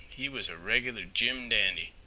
he was a reg'lar jim-dandy.